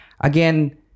Again